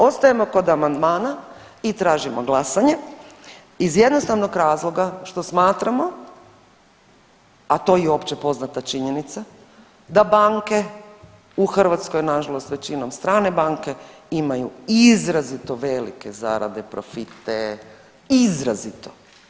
Ostajemo kod amandmana i tražimo glasanje iz jednostavnog razloga što smatramo, a to je i opće poznata činjenica da banke i Hrvatskoj nažalost većinom strane banke imaju izrazito velike zarade, profite, izrazito.